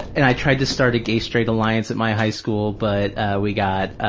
and i tried to start a gay-straight alliance at my high school, but we got